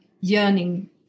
yearning